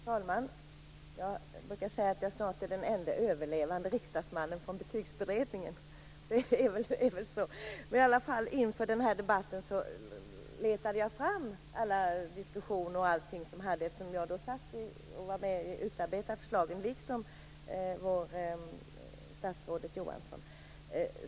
Fru talman! Jag brukar säga att jag snart är den enda överlevande riksdagsmannen från Betygsberedningen. Inför denna debatt har jag letat fram diskussioner och annat som förekom då jag, liksom nuvarande statsrådet Ylva Johansson, var med om att utarbeta förslagen.